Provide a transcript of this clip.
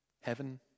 Heaven